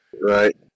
Right